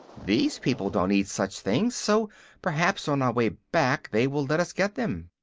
these people don't eat such things, so perhaps on our way back they will let us get them.